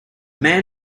man